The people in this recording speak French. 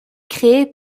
créée